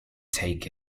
take